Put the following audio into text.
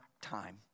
time